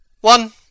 One